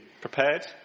prepared